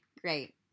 great